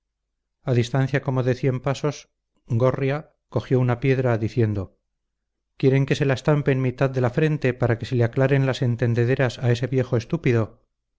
a distancia como de cien pasos gorria cogió una piedra diciendo quieren que se la estampe en mitad de la frente para que se le aclaren las entendederas a ese viejo estúpido